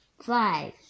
five